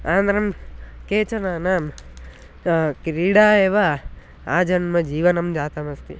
अनन्तरं केचनानां क्रीडा एव आजन्मजीवनं जातमस्ति